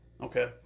Okay